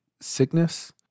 sickness